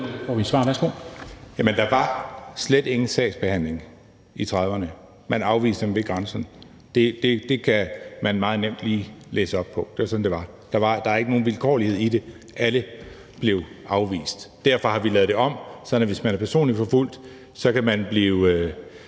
der var slet ikke ingen sagsbehandling i 1930'erne. Man afviste dem ved grænsen. Det kan man meget nemt lige læse op på; det var sådan, det var. Der var ikke nogen vilkårlighed i det. Alle blev afvist. Derfor har vi lavet det om, sådan at hvis man er personligt forfulgt, så kan man få